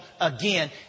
again